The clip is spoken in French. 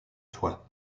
toit